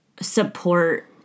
support